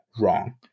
wrong